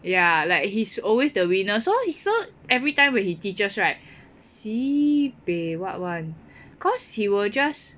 ya like he's always the winner so he so every time when he teaches right si bei [what] [one] cause he will just